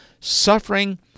suffering